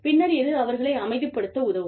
பின்னர் இது அவர்களை அமைதிப் படுத்த உதவும்